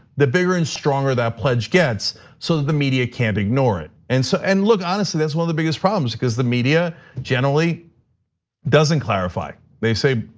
the bigger and stronger that pledge gets so that the media can't ignore it. and so and look, honestly, that's one of the biggest problems, cuz the media generally doesn't clarify. they say,